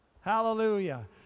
Hallelujah